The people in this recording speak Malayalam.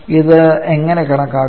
ഇത് എങ്ങനെ കണക്കാക്കാം